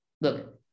Look